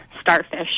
starfish